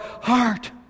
heart